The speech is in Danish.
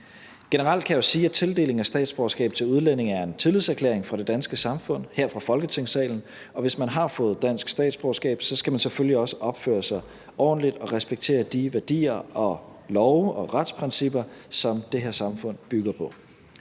Generelt kan jeg jo sige, at tildeling af statsborgerskab til udlændinge er en tillidserklæring fra det danske samfund her fra Folketingssalen, og hvis man har fået dansk statsborgerskab, skal man selvfølgelig også opføre sig ordentligt og respektere de værdier og love og retsprincipper, som det her samfund bygger på.